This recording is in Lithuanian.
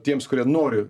tiems kurie nori